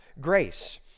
grace